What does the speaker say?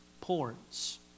ports